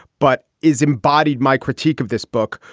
but is embodied. my critique of this book,